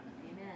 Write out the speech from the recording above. Amen